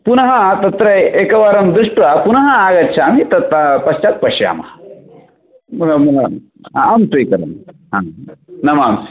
पुनः हा तत्र एकवारं दृष्ट्वा पुनः आगच्छामि तत्र पश्चात् पश्यामः नमांसि